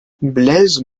blaise